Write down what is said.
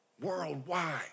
Worldwide